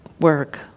work